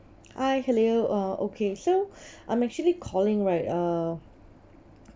hi hello uh okay so I'm actually calling right uh